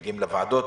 מגיעים לוועדות,